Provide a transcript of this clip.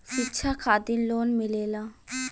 शिक्षा खातिन लोन मिलेला?